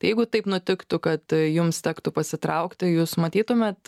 jeigu taip nutiktų kad jums tektų pasitraukti jūs matytumėt